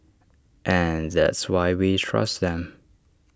and that's why we trust them